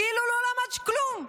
כאילו לא למד כלום.